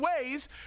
ways